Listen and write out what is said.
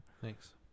Thanks